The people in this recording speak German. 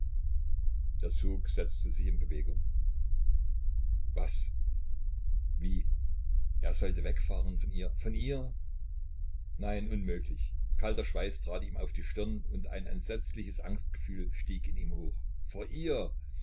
der zug setzte sich in bewegung was wie er sollte wegfahren von ihr von ihr nein unmöglich kalter schweiß trat ihm auf die stirn und ein entsetzliches angstgefühl stieg in ihm hoch von ihr